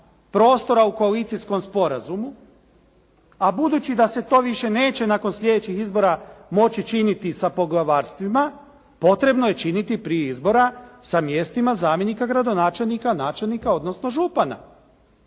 prostora u koalicijskom sporazumu a budući da se to više neće nakon sljedećih izbora moći činiti sa poglavarstvima potrebno je činiti prije izbora sa mjestima zamjenika gradonačelnika, načelnika odnosno župana.